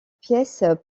pièces